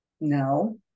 No